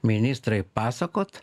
ministrai pasakot